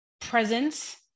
presence